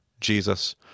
Jesus